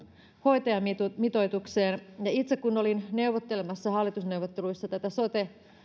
hoitajamitoitukseen itse kun olin neuvottelemassa hallitusneuvotteluissa tätä sote